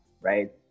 right